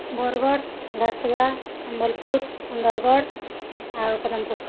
ବରଗଡ଼ ଝାରସୁଗୁଡ଼ା ସମ୍ବଲପୁର ସୁନ୍ଦରଗଡ଼ ଆଉ ପଦମପୁର